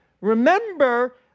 remember